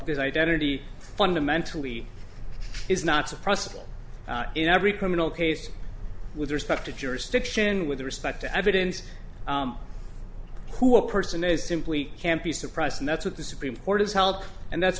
this identity fundamentally is not suppressed in every criminal case with respect to jurisdiction with respect to evidence who a person is simply can't be surprised and that's what the supreme court has held and that's